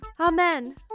Amen